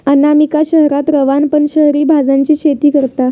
अनामिका शहरात रवान पण शहरी भाज्यांची शेती करता